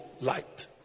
light